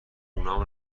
اونام